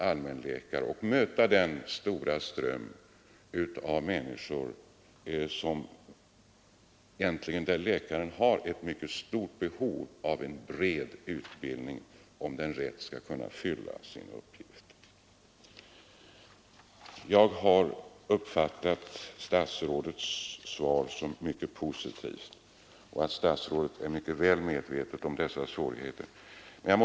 Allmänläkaren möter en mycket stor ström av människor och har ett mycket stort behov av en bred utbildning, om han rätt skall kunna fylla sin uppgift. Jag har uppfattat statsrådets svar som mycket positivt. Jag har förstått att statsrådet är mycket väl medveten om dessa svårigheter.